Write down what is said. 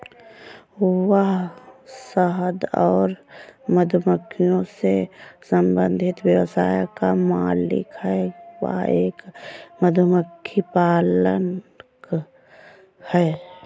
वह शहद और मधुमक्खियों से संबंधित व्यवसाय का मालिक है, वह एक मधुमक्खी पालक है